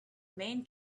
main